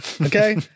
Okay